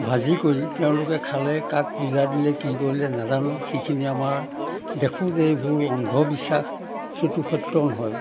ভাজি কৰি তেওঁলোকে খালে কাক পূজা দিলে কি কৰিলে নাজানো সেইখিনি আমাৰ দেখোঁ যে এইবোৰ অন্ধবিশ্বাস সেইটো সত্য নহয়